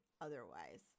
otherwise